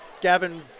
Gavin